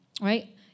right